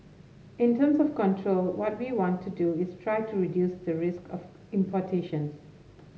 in terms of control what we want to do is try to reduce the risk of importations